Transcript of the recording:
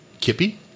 Kippy